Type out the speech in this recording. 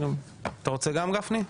אתה רוצה גם גפני?